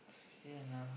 sian ah